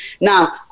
Now